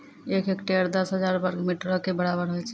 एक हेक्टेयर, दस हजार वर्ग मीटरो के बराबर होय छै